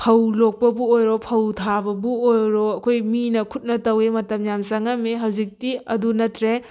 ꯐꯧ ꯂꯣꯛꯄꯕꯨ ꯑꯣꯏꯔꯣ ꯐꯧ ꯊꯥꯕꯕꯨ ꯑꯣꯏꯔꯣ ꯑꯩꯈꯣꯏ ꯃꯤꯅ ꯈꯨꯠꯅ ꯇꯧꯋꯤ ꯃꯇꯝ ꯌꯥꯝ ꯆꯪꯉꯝꯃꯤ ꯍꯧꯖꯤꯛꯇꯤ ꯑꯗꯨ ꯅꯠꯇ꯭ꯔꯦ